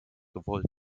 gewollt